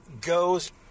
goes